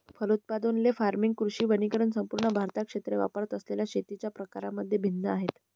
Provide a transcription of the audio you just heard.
फलोत्पादन, ley farming, कृषी वनीकरण संपूर्ण भारतात क्षेत्रे वापरत असलेल्या शेतीच्या प्रकारांमध्ये भिन्न आहेत